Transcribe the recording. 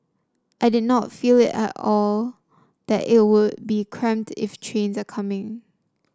I did not feel at all that it would be cramped if trains are coming